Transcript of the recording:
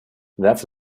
that’s